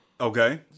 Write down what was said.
Okay